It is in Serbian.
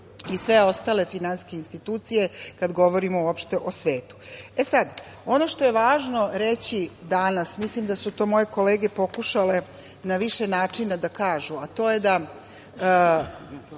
i sve ostale finansijske institucije kad govorimo uopšte o svetu.E sad, ono što je važno reći danas, mislim da su to moje kolege pokušale na više načina da kažu, a to je da